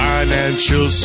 Financial